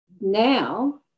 now